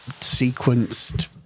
sequenced